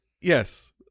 yes